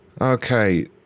okay